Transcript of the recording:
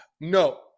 No